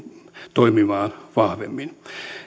toimimaan vahvemmin